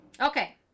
Okay